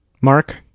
mark